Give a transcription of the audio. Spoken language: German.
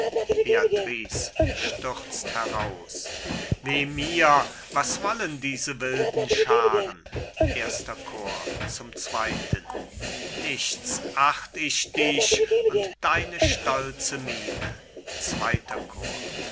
stürzt heraus weh mir was wollen diese wilden schaaren erster chor cajetan zum zweiten nichts acht ich dich und deine stolze miene zweiter chor